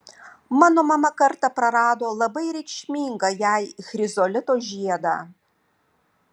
mano mama kartą prarado labai reikšmingą jai chrizolito žiedą